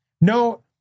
no